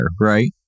right